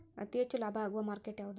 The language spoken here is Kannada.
ಅತಿ ಹೆಚ್ಚು ಲಾಭ ಆಗುವ ಮಾರ್ಕೆಟ್ ಯಾವುದು?